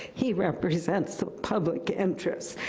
he represents the public interest.